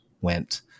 went